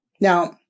Now